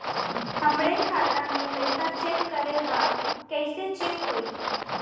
हमरे खाता के पैसा चेक करें बा कैसे चेक होई?